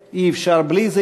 ואי-אפשר בלי זה,